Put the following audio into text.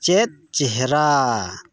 ᱪᱮᱫ ᱪᱮᱦᱮᱨᱟ